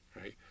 right